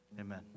amen